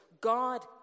God